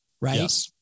right